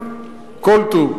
כל טוב.